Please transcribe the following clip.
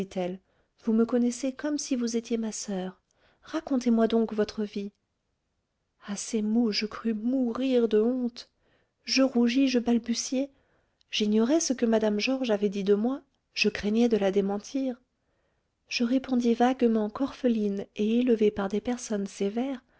vous me connaissez comme si vous étiez ma soeur racontez-moi donc votre vie à ces mots je crus mourir de honte je rougis je balbutiai j'ignorais ce que mme georges avait dit de moi je craignais de la démentir je répondis vaguement qu'orpheline et élevée par des personnes sévères